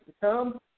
come